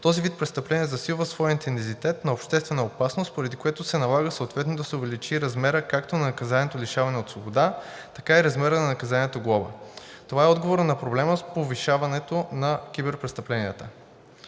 този вид престъпление засилва своя интензитет на обществена опасност, поради което се налага съответно да се увеличи размерът както на наказанието лишаване от свобода, така и размерът на наказанието глоба. Това е отговорът на проблема с повишаването на киберпрестъпленията